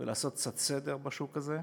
ולעשות קצת סדר בשוק הזה,